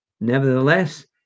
Nevertheless